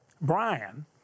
Brian